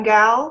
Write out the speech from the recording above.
Gal